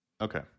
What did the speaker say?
Okay